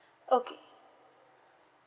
okay